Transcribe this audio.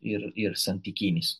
ir ir santykinis